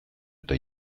eta